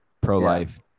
pro-life